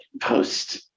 post